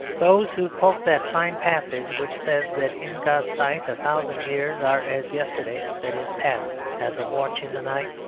those who quote that fine passage which says that in god's sight a thousand years are as yesterday that is passed as a watch in the night,